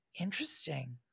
Interesting